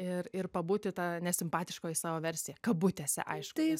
ir ir pabūti ta nesimpatiškoji savo versija kabutėse aišku tai